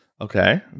Okay